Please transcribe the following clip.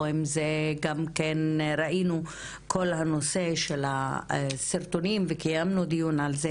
או אם ראינו את כל הנושא של הסרטונים וקיימנו דיון על זה